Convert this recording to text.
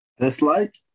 dislike